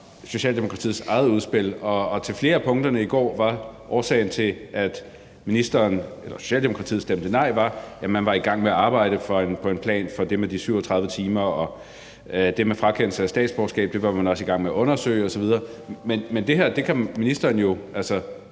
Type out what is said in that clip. Socialdemokratiets eget udspil, og til flere af punkterne i går var årsagen til, at Socialdemokratiet ville stemme nej, at man var i gang med det: Man var i gang med at arbejde på en plan for det med de 37 timer, og det med frakendelse af statsborgerskab var man også i gang med at undersøge, osv. Men det her kan ministeren jo, for